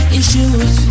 issues